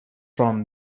from